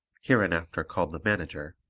hereinafter called the manager,